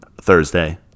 thursday